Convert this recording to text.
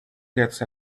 gets